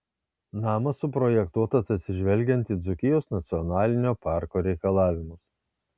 namas suprojektuotas atsižvelgiant į dzūkijos nacionalinio parko reikalavimus